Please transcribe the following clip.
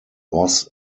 was